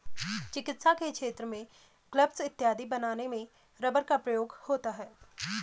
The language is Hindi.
चिकित्सा के क्षेत्र में ग्लब्स इत्यादि बनाने में रबर का प्रयोग होता है